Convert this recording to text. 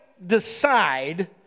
Decide